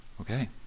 Okay